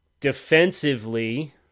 Defensively